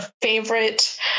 favorite